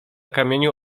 kamieniu